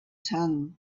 tongue